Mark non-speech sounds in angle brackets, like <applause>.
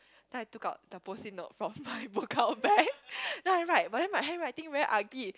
then I took out the post-it note from <breath> my book-out bag then I write but then my handwriting very ugly